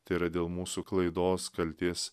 tai yra dėl mūsų klaidos kaltės